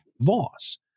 Voss